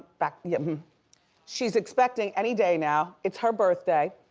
back, yeah. um she's expecting any day now. it's her birthday.